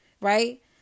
right